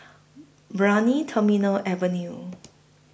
Brani Terminal Avenue